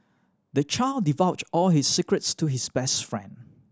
the child divulged all his secrets to his best friend